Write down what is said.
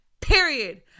Period